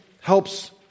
helps